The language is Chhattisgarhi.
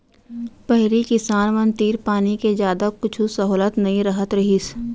पहिली किसान मन तीर पानी के जादा कुछु सहोलत नइ रहत रहिस